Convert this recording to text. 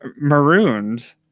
marooned